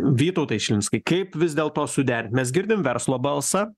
vytautai šilinskai kaip vis dėlto suderin mes girdim verslo balsą